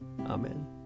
Amen